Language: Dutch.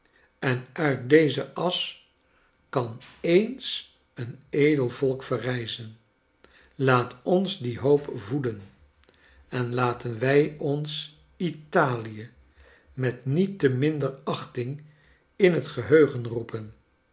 en uit deze asch kan ens een edel volk verrijzen laat ons die hoop voeden en laten wij ons italie met niet te minder achting in het geheugen roepen